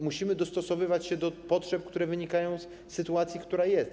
Musimy dostosowywać się do potrzeb, które wynikają z sytuacji, która jest.